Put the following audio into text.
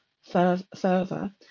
further